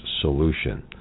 solution